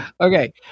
Okay